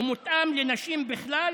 לא מותאם לנשים בכלל